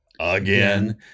again